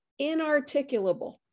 inarticulable